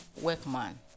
workman